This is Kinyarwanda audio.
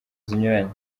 zinyuranye